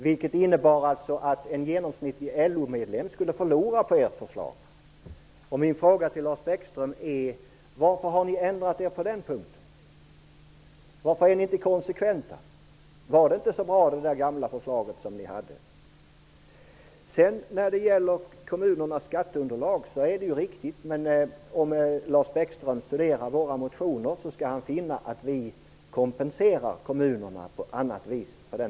Det innebar att en genomsnittlig LO-medlem skulle förlora på ert förslag. Min fråga till Lars Bäckström är: Varför har ni ändrat er på den punkten? Varför är ni inte konsekventa? Var ert gamla förslag inte så bra? Påpekandet beträffande kommunernas skatteunderlag var riktigt, men om Lars Bäckström studerar våra motioner skall ha finna att vi på annat vis kompenserar kommunerna på den punkten.